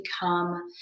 become